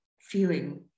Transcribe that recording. feeling